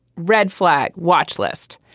red flag watch list.